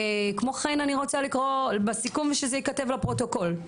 כמו כן אני רוצה לקרוא בסיכום שזה ייכתב לפרוטוקול.